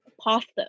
pasta